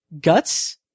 guts